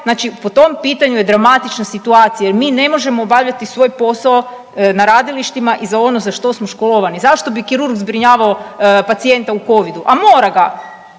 znači po tom pitanju je dramatična situacija jer mi ne možemo obavljati svoj posao na radilištima i za ono za što smo školovani. Zašto bi kirurg zbrinjavao pacijenta u Covidu, a mora ga